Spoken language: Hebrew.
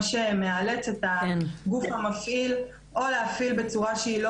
מה שמאלץ את הגוף המפעיל או להפעיל בצורה שהיא לא